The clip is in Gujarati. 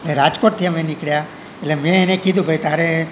એ રાજકોટથી અમે નીકળ્યા એટલે મેં એને કીધું ભાઈ તારે